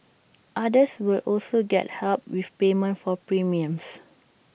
others will also get help with payment for premiums